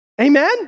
Amen